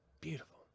beautiful